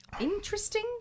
interesting